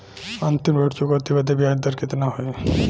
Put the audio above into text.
अंतिम ऋण चुकौती बदे ब्याज दर कितना होई?